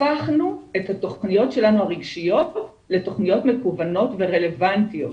הפכנו את התוכניות הרגשיות שלנו לתכניות מקוונות ורלוונטיות.